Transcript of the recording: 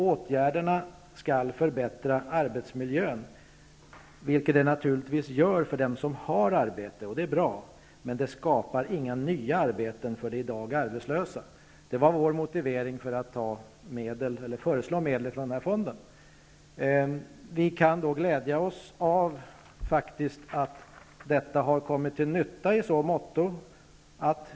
Åtgärderna skall förbättra arbetsmiljön, vilket de naturligtvis gör för dem som har arbete. Det är bra, men det skapar inga nya arbeten för de i dag arbetslösa. Det var vår motivering för att föreslå medel från den här fonden. Vi kan glädja oss åt att detta har kommit till viss nytta.